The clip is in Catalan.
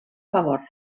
favor